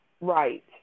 right